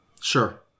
Sure